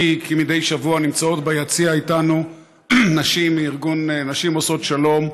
כמדי שבוע נמצאות ביציע איתנו נשים מארגון נשים עושות שלום,